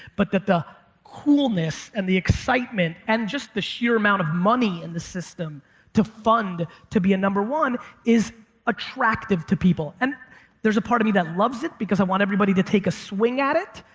but the coolness and the excitement and just the sheer amount of money in the system to fund to be a number one is attractive to people. and there's a part of me that loves it because i want everybody to take a swing at it,